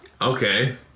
Okay